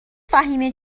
فهیمه